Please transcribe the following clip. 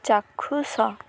ଚାକ୍ଷୁଷ